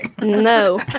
no